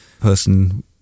person